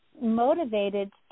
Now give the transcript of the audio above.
motivated